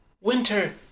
Winter